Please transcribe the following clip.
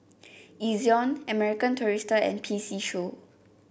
Ezion American Tourister and P C Show